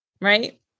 right